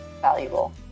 valuable